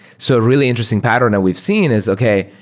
so a really interesting pattern that we've seen is, okay,